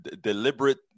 deliberate